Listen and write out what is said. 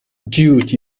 dude